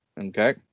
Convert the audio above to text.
Okay